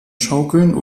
schaukeln